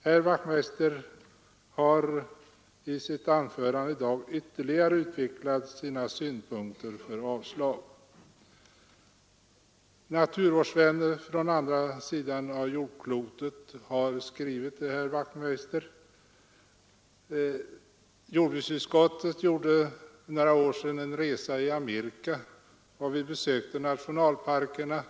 Herr Wachtmeister har i sitt anförande i dag ytterligare utvecklat sina synpunkter för avslag och framhållit att naturvårdsvänner från andra sidan jordklotet har skrivit till herr Wachtmeister och uttryckt sin oro för intrånget i Abisko. Jordbruksutskottet gjorde för några år sedan en resa i Amerika och besökte bl.a. nationalparkerna där.